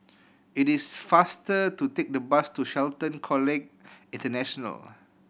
it is faster to take the bus to Shelton College International